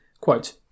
quote